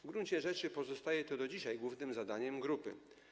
W gruncie rzeczy pozostaje to do dzisiaj głównym zadaniem grupy.